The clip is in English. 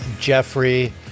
Jeffrey